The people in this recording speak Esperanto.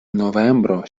novembro